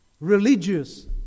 religious